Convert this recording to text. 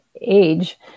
age